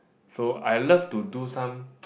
so I love to do some